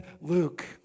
Luke